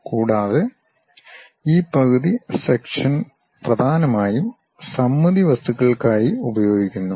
കൂടാതെ ഈ പകുതി സെക്ഷൻ പ്രധാനമായും സമമിതി വസ്തുക്കൾക്കായി ഉപയോഗിക്കുന്നു